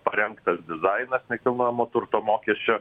parengtas dizainas nekilnojamo turto mokesčio